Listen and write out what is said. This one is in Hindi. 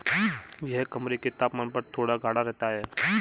यह कमरे के तापमान पर थोड़ा गाढ़ा रहता है